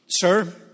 sir